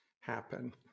happen